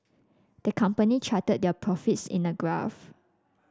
the company charted their profits in a graph